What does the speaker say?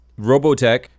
Robotech